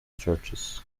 churches